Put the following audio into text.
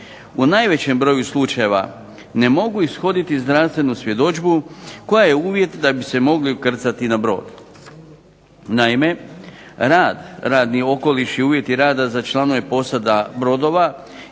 u najvećem broju slučajeva ne mogu ishoditi zdravstvenu svjedodžbu koja je uvjet da bi se mogli ukrcati na brod. Naime, rad, radni okoliš i uvjeti rada za članove posada brodova